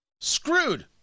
Screwed